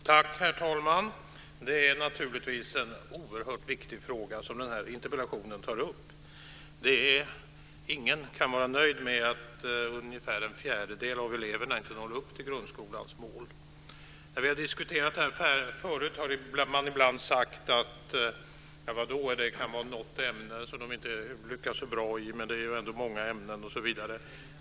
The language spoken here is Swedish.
Herr talman! Det är naturligtvis en oerhört viktig fråga som tas upp i interpellationen. Ingen kan vara nöjd med att ungefär en fjärdedel av eleverna inte når upp till grundskolans mål. När man har diskuterat detta förut har man ibland sagt att det kan vara något ämne som eleverna inte lyckas så bra i, men att det ändå är många ämnen som de lyckas i.